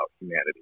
humanity